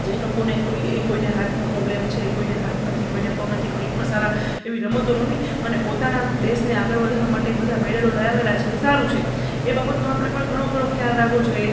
જે લોકોને કોઈ એ કોઈને હાથનો પ્રોબ્લેમ છે કોઈને હાથ નથી કોઈને પગ નથી પણ એ પણ સારા એવી રમતો રમી અને પોતાના દેશને આગળ વધારવા માટે એ બધા મેડલો લઈ આવેલા છે એ સારું છે એ બાબતનો પણ આપણે ઘણો ખરો ખ્યાલ રાખવો જોઈએ